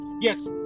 yes